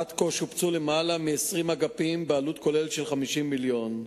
ועד כה שופצו יותר מ-20 אגפים בעלות כוללת של 50 מיליון שקלים.